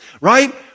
right